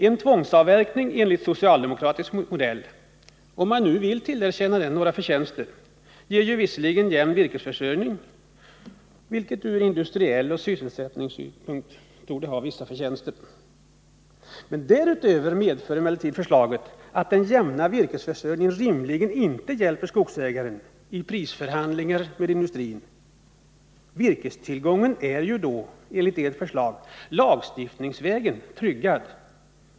En tvångsavverkning enligt socialdemokratisk modell — om man nu vill tillerkänna den några förtjänster — ger visserligen en jämn virkesförsörjning, vilket från industriell synpunkt och sysselsättningssynpunkt torde ha vissa fördelar. Därutöver medför emellertid förslaget att den jämna virkesförsörjningen rimligen inte hjälper skogsägaren vid prisförhandlingar med industrin. Virkestillgången är ju enligt ert förslag tryggad lagstiftningsvägen.